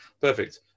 Perfect